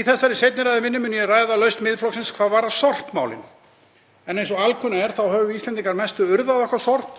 Í þessari seinni ræðu minni mun ég ræða lausn Miðflokksins hvað varðar sorpmálin. Eins og alkunna er þá höfum við Íslendingar að mestu urðað okkar sorp